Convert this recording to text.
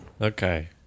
Okay